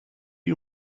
you